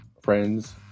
friends